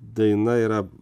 daina yra